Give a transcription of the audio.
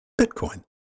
Bitcoin